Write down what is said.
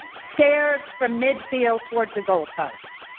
stares from midfield toward the goalpost.